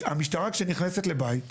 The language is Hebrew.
כשהמשטרה נכנסת לבית,